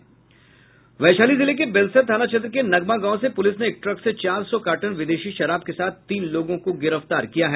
वैशाली जिले के बेलसर थाना क्षेत्र के नगमा गांव से पुलिस ने एक ट्रक से चार सौ कार्टन विदेशी शराब के साथ तीन लोगों को गिरफ्तार किया है